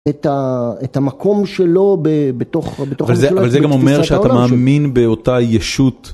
את המקום שלו בתוך... אבל זה גם אומר שאתה מאמין באותה ישות.